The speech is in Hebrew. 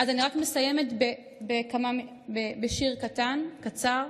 אני רק מסיימת בשיר קטן, קצר.